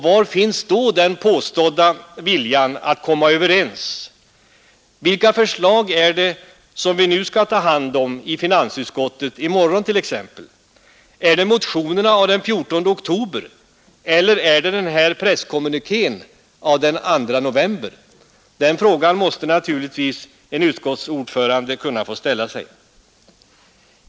Var finns då den påstådda viljan att komma överens? Vilka förslag är det som vi nu skall ta hand om i finansutskottet, t.ex. i morgon? Är det motionerna av den 14 oktober eller är det den här presskommunikén av den 2 november? Den frågan måste naturligtvis en utskottsordförande ha rätt att ställa sig.